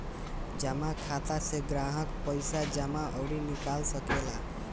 जमा खाता से ग्राहक पईसा जमा अउरी निकाल सकेला